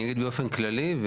אני אגיד באופן כללי.